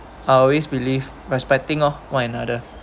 I always believe respecting oh one another